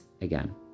again